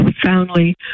profoundly